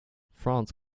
france